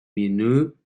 menu